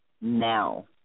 now